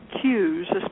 cues